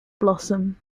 blossom